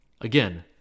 Again